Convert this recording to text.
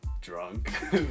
drunk